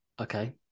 Okay